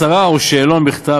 הצהרה או שאלון בכתב,